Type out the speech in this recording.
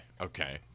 Okay